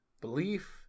belief